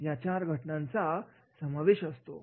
या चार घटकांचा समावेश असतो